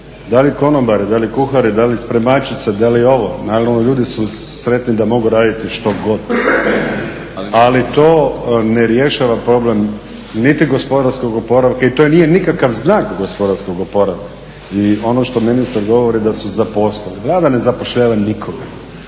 Da li konobari, da li kuhari, da li spremačice, da li ovo. Naravno, ljudi su sretni da mogu raditi što god. Ali to ne rješava problem niti gospodarskog oporavka i to nije nikakav znak gospodarskog oporavka i ono što ministar govori da su zaposleni, Vlada ne zapošljava nikoga